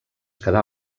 quedà